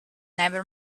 never